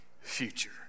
future